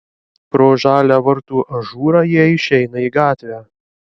pro žalią vartų ažūrą jie išeina į gatvę